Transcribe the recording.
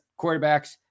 quarterbacks